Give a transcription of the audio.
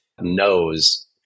knows